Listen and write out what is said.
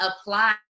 apply